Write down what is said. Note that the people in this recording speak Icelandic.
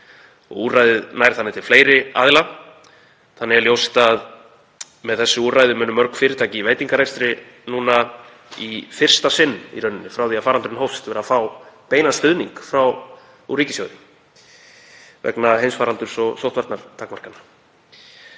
Úrræðið nær þannig til fleiri aðila. Þannig er ljóst að með þessu úrræði munu mörg fyrirtæki í veitingarekstri í fyrsta sinn í rauninni frá því að faraldurinn hófst fá beinan stuðning úr ríkissjóði vegna heimsfaraldurs og sóttvarnatakmarkana.